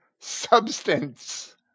substance